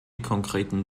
konkreten